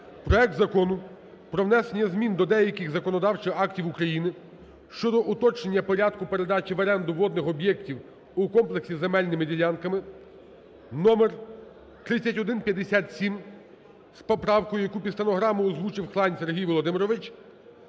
проект Закону про внесення змін до деяких законодавчих актів України щодо уточнення порядку передачі в оренду водних об'єктів у комплексі з земельними ділянками (№ 3157) з поправкою, яку під стенограму озвучив Хлань Сергій Володимирович,